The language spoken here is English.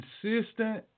consistent